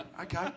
Okay